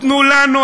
תנו לנו,